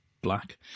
black